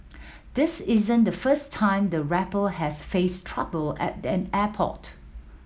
this isn't the first time the rapper has faced trouble at an airport